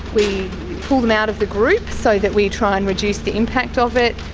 we pull them out of the group so that we try and reduce the impact of it.